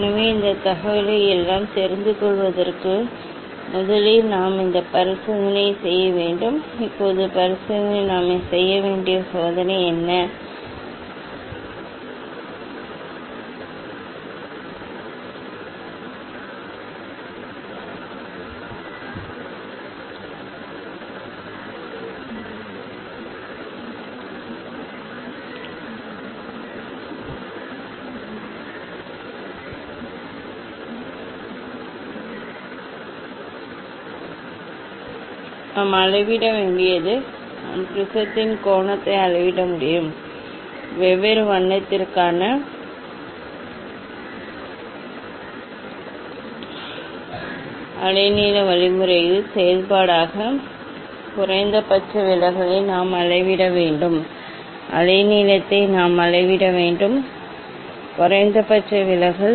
எனவே இந்த தகவலை எல்லாம் தெரிந்து கொள்வதற்கு முதலில் நாம் இந்த பரிசோதனையைச் செய்ய வேண்டும் இப்போது பரிசோதனையில் நாம் செய்ய வேண்டிய சோதனை என்ன நாம் அளவிட வேண்டியது நாம் ப்ரிஸத்தின் கோணத்தை அளவிட வேண்டும் வெவ்வேறு வண்ணத்திற்கான அலைநீள வழிமுறைகளின் செயல்பாடாக குறைந்தபட்ச விலகலை நாம் அளவிட வேண்டும் அலை நீளத்தை நாம் அளவிட வேண்டும் குறைந்தபட்ச விலகல்